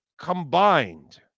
combined